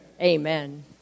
Amen